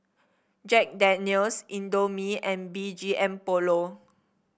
Jack Daniel's Indomie and B G M Polo